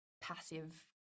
passive